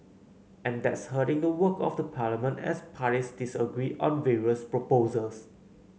and that's hurting the work of the parliament as parties disagree on various proposals